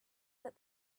that